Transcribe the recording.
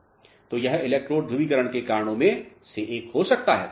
तो यह इलेक्ट्रोड ध्रुवीकरण के कारणों में से एक हो सकता है